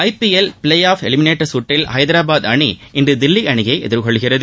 IPL play off eliminator சுற்றில் ஐதராபாத் அணி இன்று தில்லி அணியை எதிர்கொள்கிறது